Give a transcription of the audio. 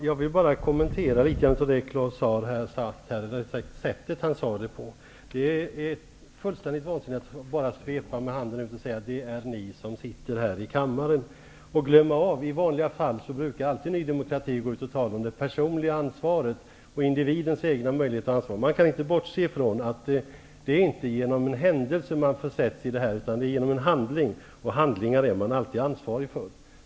Herr talman! Jag vill kommentera litet grand av det som Claus Zaar har sagt, eller rättare sagt det sätt som han sade det på. Det är fullständigt vansinnigt att bara svepa med handen och säga: Det är ni som sitter här i kammaren som är orsak till detta. I vanliga fall brukar Ny demokrati gå ut och tala om det personliga ansvaret och individens egna möjligheter och ansvar. Man kan inte bortse från att det inte är genom en händelse som människor försätts i detta, utan att det sker genom en handling, och handlingar är man alltid ansvarig för.